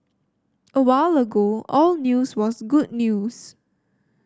a while ago all news was good news